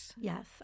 Yes